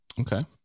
Okay